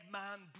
man